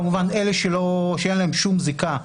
כמובן שאין להם שום זיקה,